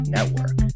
Network